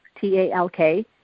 T-A-L-K